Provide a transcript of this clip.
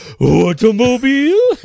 Automobile